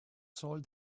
soiled